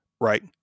right